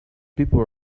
people